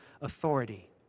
authority